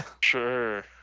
Sure